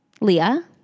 Leah